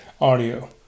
audio